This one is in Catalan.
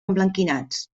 emblanquinats